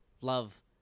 love